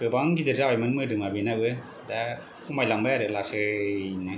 गोबां गिदिर जाबायमोन मोदोमा बेनाबो दा खमायलांबाय आरो लासैनो